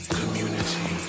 community